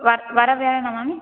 வ வர வியாழனா மேம்